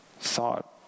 thought